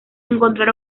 encontrar